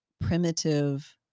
primitive